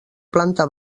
planta